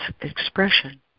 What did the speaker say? expression